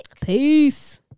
Peace